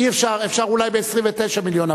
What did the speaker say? אפשר אולי ב-29 מיליון,